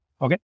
Okay